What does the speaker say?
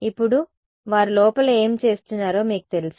ఇప్పుడు వారు లోపల ఏమి చేస్తున్నారో మీకు తెలుసు